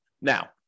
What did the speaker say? Now